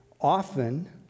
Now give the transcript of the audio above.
often